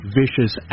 vicious